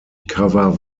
cover